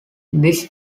this